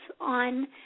on